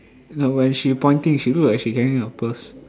no when she pointing she look like she carrying a purse